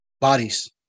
bodies